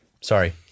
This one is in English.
Sorry